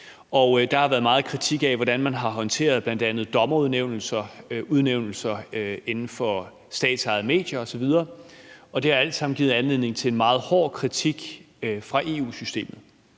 der har været meget kritik af, hvordan man har håndteret bl.a. dommerudnævnelser, udnævnelser inden for statsejede medier osv. Det har alt sammen givet anledning til en meget hård kritik fra EU-systemet.